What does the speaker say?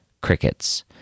Crickets